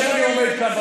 אני שואל ברצינות.